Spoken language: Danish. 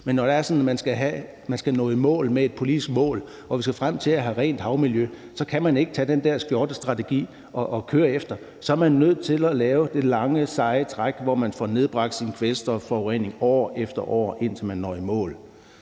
at man skal nå i mål med et politisk mål og vi skal frem til at have rent havmiljø, kan man ikke tage den der skjortestrategi og køre efter den, for så er man nødt til at lave det lange, seje træk, hvor man får nedbragt sin kvælstofforurening år efter år, indtil man når i mål.